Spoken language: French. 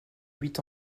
huit